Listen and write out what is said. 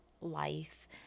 life